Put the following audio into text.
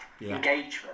engagement